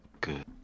Good